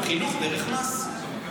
חינוך דרך מס.